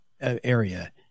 area